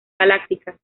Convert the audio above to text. galáctica